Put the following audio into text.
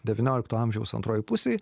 devyniolikto amžiaus antroj pusėj